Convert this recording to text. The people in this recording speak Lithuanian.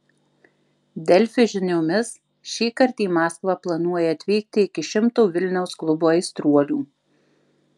delfi žiniomis šįkart į maskvą planuoja atvykti iki šimto vilniaus klubo aistruolių